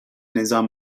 نظام